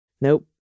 Nope